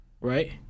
right